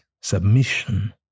submission